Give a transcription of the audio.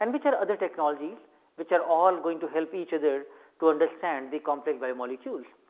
and which are other technologies which are all going to help each other to understand the complex biomolecules.